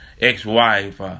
ex-wife